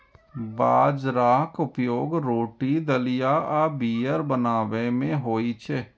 बाजराक उपयोग रोटी, दलिया आ बीयर बनाबै मे होइ छै